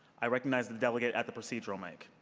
i recognize the delegate at the procedural mic.